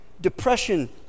depression